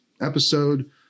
episode